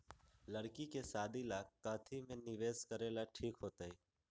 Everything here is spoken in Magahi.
लड़की के शादी ला काथी में निवेस करेला ठीक होतई?